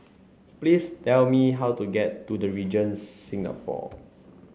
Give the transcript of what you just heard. please tell me how to get to The Regent Singapore